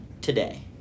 today